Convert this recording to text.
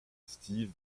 steve